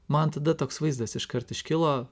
man tada toks vaizdas iškart iškilo